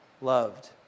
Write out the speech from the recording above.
loved